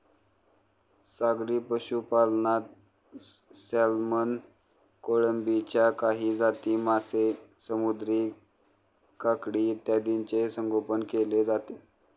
सागरी पशुपालनात सॅल्मन, कोळंबीच्या काही जाती, मासे, समुद्री काकडी इत्यादींचे संगोपन केले जाते